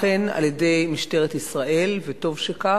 אכן, על-ידי משטרת ישראל, וטוב שכך,